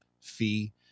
fee